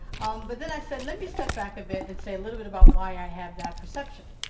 um but then i said, let me step back a bit and say a little bit about why i have that perception.